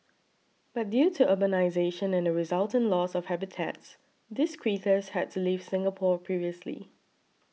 but due to urbanisation and the resultant loss of habitats these critters had to leave Singapore previously